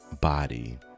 Body